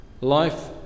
life